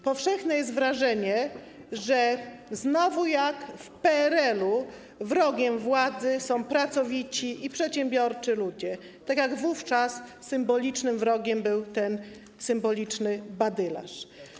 Powszechne jest wrażenie, że znowu - tak jak w PRL-u - wrogiem władzy są pracowici i przedsiębiorczy ludzie, tak jak wówczas symbolicznym wrogiem był badylarz.